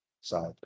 side